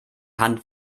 hand